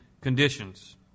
conditions